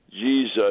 Jesus